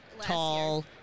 tall